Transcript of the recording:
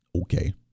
Okay